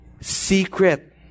secret